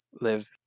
live